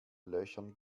löchern